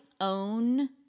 own